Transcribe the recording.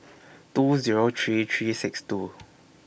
two Zero three three six two